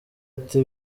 ati